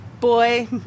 boy